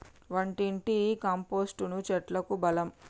వంటింటి కంపోస్టును చెట్లకు బలం